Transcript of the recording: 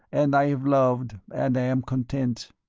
and i have loved, and i am content.